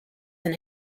than